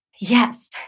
Yes